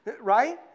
right